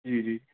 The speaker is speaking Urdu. جی جی